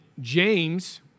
James